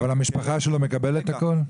אבל המשפחה שלו מקבלת הכל?